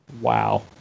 Wow